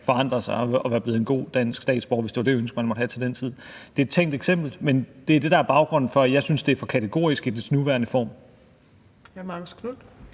forandret sig og være blevet en god dansk statsborger, hvis det var det ønske, man måtte have til den tid. Det er et tænkt eksempel, men det er det, der er baggrund for, at jeg synes, at det er for kategorisk i dets nuværende form. Kl.